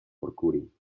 forkuri